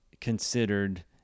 considered